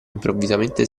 improvvisamente